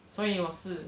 所以我是